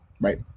Right